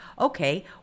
okay